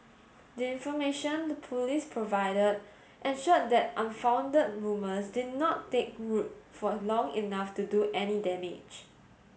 the information the Police provided ensured that unfounded rumours did not take root for long enough to do any damage